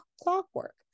clockwork